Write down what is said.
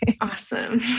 Awesome